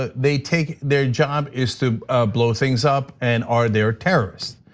ah they take their job is to blow things up, and are there terrorists?